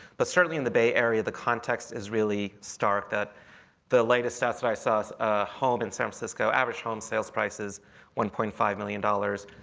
but certainly in the bay area, the context is really stark that the latest stats that i saw a home in san francisco average home sales price is one point five million dollars.